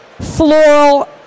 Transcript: floral